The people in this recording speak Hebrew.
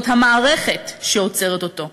זאת המערכת שעוצרת אותו.